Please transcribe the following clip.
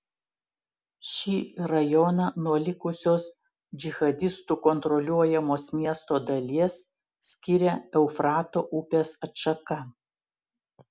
šį rajoną nuo likusios džihadistų kontroliuojamos miesto dalies skiria eufrato upės atšaka